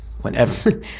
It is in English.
Whenever